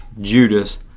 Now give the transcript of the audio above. Judas